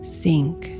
sink